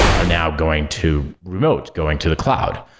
are now going to remote, going to the cloud.